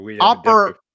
Upper